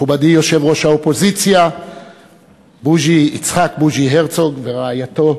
מכובדי יושב-ראש האופוזיציה יצחק בוז'י הרצוג ורעייתו,